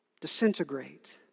disintegrate